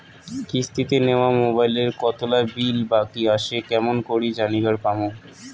কিস্তিতে নেওয়া মোবাইলের কতোলা বিল বাকি আসে কেমন করি জানিবার পামু?